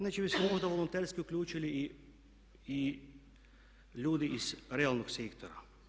Znači mi smo onda volonterski uključili i ljude iz realnog sektora.